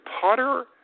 Potter